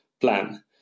plan